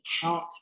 count